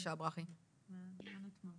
ברכי דליצקי.